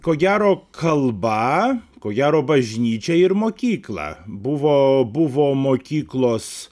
ko gero kalba ko gero bažnyčia ir mokykla buvo buvo mokyklos